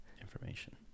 information